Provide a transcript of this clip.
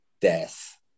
death